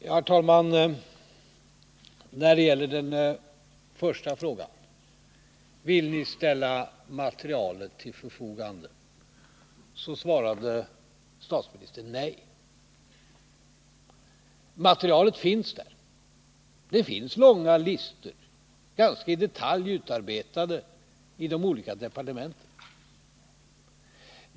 Herr talman! När det gäller den första frågan, om ni vill ställa materialet till förfogande, så svarade statsministern nej. Materialet finns där. Det finns långa listor, utarbetade ganska mycket i detalj, i de olika departementen.